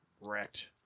wrecked